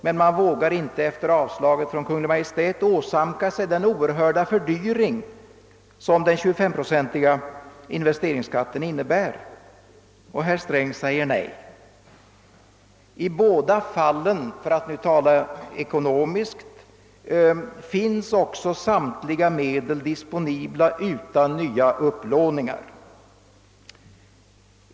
De vågar dock inte efter avslaget från Kungl. Maj:t åsamka sig den oerhörda fördyring som den 25-procentiga investeringsavgiften innebär, och herr Sträng säger nej till befrielse från denna avgift. I båda fallen — om jag skall uppehålla mig vid det ekonomiska läget — finns samtliga medel disponibla utan nya upplåningar.